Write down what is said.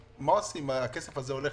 מה עושים עם הכסף המוקפא או עם הסכומים